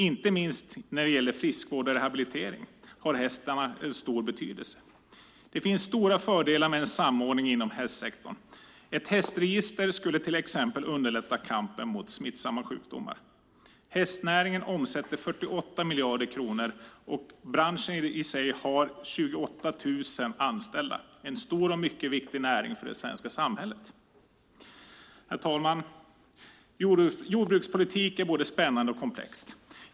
Inte minst när det gäller friskvård och rehabilitering har hästarna en stor betydelse. Det finns stora fördelar med en samordning inom hästsektorn. Ett hästregister skulle till exempel underlätta kampen mot smittsamma sjukdomar. Hästnäringen omsätter 48 miljarder kronor, och branschen i sig har 28 000 anställda. Det är en stor och mycket viktig näring för det svenska samhället. Herr talman! Jordbrukspolitiken är både spännande och komplex.